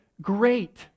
great